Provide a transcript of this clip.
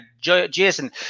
Jason